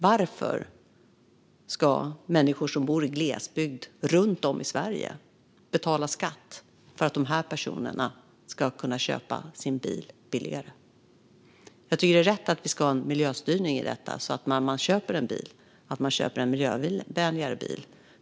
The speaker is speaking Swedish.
Varför ska människor som bor i glesbygd runt om i Sverige betala skatt för att de här personerna ska kunna köpa sin bil billigare? Jag tycker att det är rätt att vi ska ha en miljöstyrning i detta så att man köper en miljövänligare bil när man väl köper en bil.